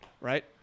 right